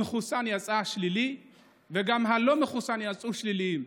המחוסן יצא שלילי וגם הלא-מחוסן, יצאו שליליים.